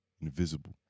invisible